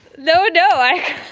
though, do i?